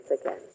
again